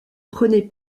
prenaient